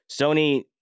Sony